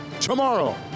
Tomorrow